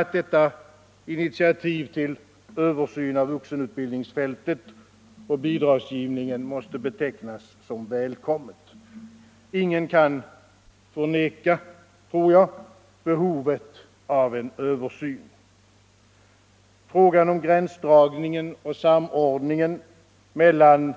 i) Detta initiativ till en översyn av vuxenutbildningsfältet och bidragsgivningen måste betecknas som välkommet. Ingen kan förneka behovet av en översyn. Frågan om gränsdragningen och samordningen mellan